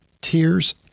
tears